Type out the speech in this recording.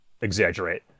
exaggerate